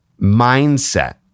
mindset